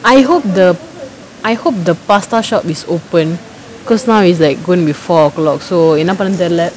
I hope the I hope the pasta shop is open because now it's like going to be four o'clock so என்ன பண்றதுனு தெரில:enna pandrathunnu therila